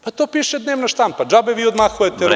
Pa, to piše dnevna štampa, džabe vi odmahujete rukom.